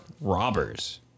robbers